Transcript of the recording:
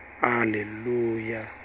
Hallelujah